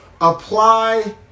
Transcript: apply